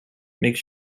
make